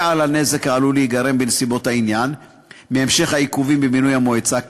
על הנזק העלול להיגרם בנסיבות העניין מהמשך העיכובים במינוי המועצה,